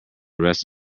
rest